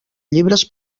llibres